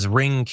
ring